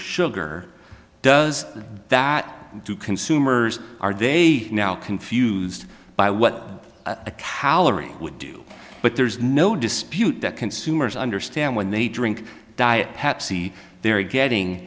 sugar does that do consumers are they now confused by what a calorie would do but there's no dispute that consumers understand when they drink diet pepsi they're getting